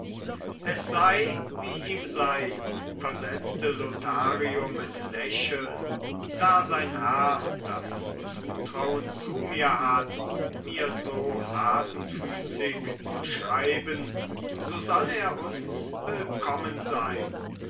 es sei wie ihm sei versetzte lothario mit lächeln da sein herr das zutrauen zu mir hat mir so hasenfüßig zu schreiben so soll er uns willkommen sein